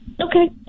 Okay